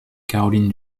caroline